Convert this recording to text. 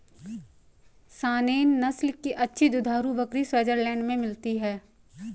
Saanen नस्ल की अच्छी दुधारू बकरी स्विट्जरलैंड में मिलती है